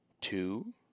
two